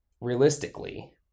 realistically